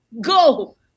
Go